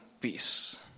peace